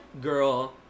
girl